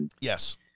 Yes